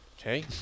Okay